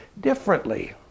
differently